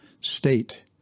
state